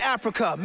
Africa